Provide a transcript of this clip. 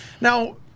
Now